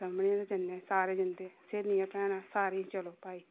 सभनें दे जंदे सारे दे जंदे स्हेलियां भैना सारे चलो भाई